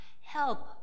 help